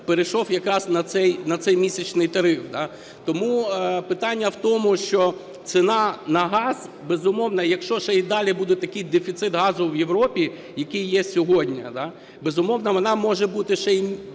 перейшов якраз на цей місячний тариф. Тому питання в тому, що ціна на газ, безумовно, якщо ще і далі буде такий дефіцит газу в Європі, який є сьогодні, безумовно, вона може бути ще